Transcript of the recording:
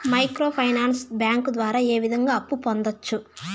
micro finance bank ద్వారా ఏ విధంగా అప్పు పొందొచ్చు